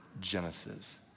Genesis